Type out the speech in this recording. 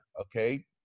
okay